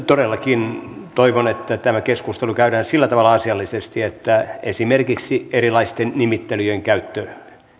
todellakin toivon että tämä keskustelu käydään sillä tavalla asiallisesti että esimerkiksi erilaisten nimittelyjen käyttö